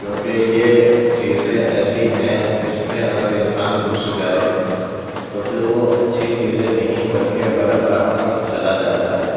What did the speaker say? کیونکہ یہ چیزیں ایسی ہیں اس میں اگر انسان گھس جائے تو پھر وہ اچھی چیزیں نہیں بلکہ غلط راہ پر چلا جاتا ہے